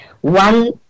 One